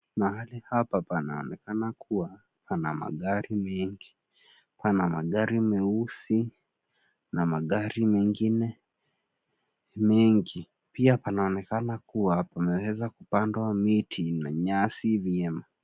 Mahali hapa panaonekana kuwa pana magari mengi, pana magari meusi na magari mengine mengi. Pia panaonekana kuwa panaweza kupandwa miti na nyasi vyema.